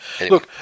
look